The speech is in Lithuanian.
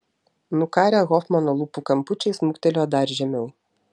nukarę hofmano lūpų kampučiai smuktelėjo dar žemiau